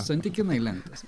santykinai lenktas